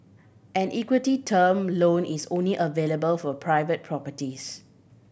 an equity term loan is only available for private properties